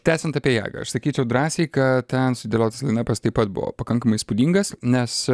tęsiant apie ją aš sakyčiau drąsiai kad ten sudėliotas lainapas taip pat buvo pakankamai įspūdingas nes